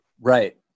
Right